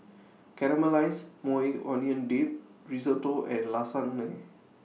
Caramelized Maui Onion Dip Risotto and Lasagne